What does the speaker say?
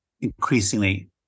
increasingly